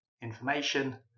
information